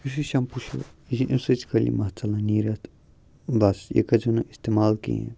یُس یہِ شیٚمپوٗ چھُ یہِ چھُ اَمہِ سۭتۍ چھُ خٲلی مَس ژَلان نیٖرِتھ بَس یہِ کٔرۍ زیٛو نہٕ اِستعمال کِہیٖنۍ